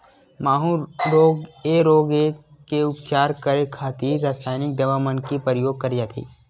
माहूँ रोग ऐ रोग के उपचार करे खातिर रसाइनिक दवा मन के परियोग करे जाथे